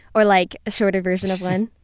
or like a shorter version of one.